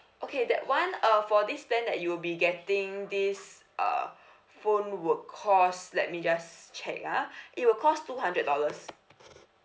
okay that [one] uh for this plan that you'll be getting this uh phone will cost let me just check ah it will cost two hundred dollars